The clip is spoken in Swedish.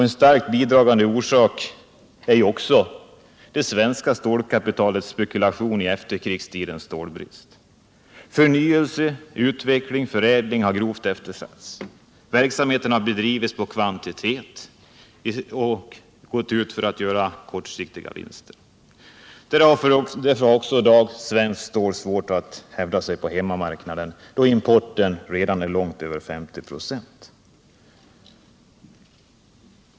En starkt bidragande orsak härtill är det svenska stålkapitalets spekulation i efterkrigstidens stålbrist. Förnyelse, utveckling och förädling har grovt eftersatts. Verksamheten har bedrivits på kvantitet och gått ut på att göra kortsiktiga vinster. Därför har svenskt stål i dag också svårt att hävda sig på hemmamarknaden, där importen redan är långt över 50 96.